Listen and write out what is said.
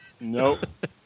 Nope